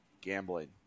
Gambling